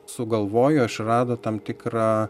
sugalvojo išrado tam tikrą